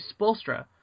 Spolstra